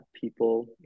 people